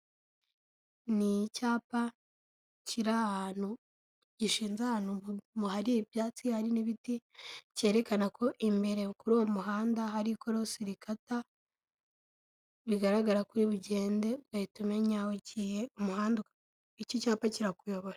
Ni icyapa kiri ahantu gishinze ahantu hari ibyatsi hari n'ibiti, cyerekana ko imere kuri uwo muhanda harirose rikata bigaragara ko uri bugende ugahita umenya aho ugiye, umuhanda iki cyapa kirakuyobora.